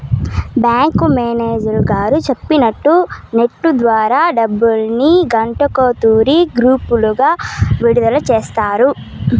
bank manager గారు సెప్పినట్టు NEFT ద్వారా డబ్బుల్ని గంటకో తూరి గ్రూపులుగా విడదల సేస్తారు